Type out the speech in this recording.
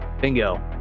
Bingo